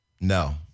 No